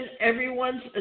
everyone's